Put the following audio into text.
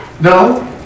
No